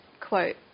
quote